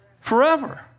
Forever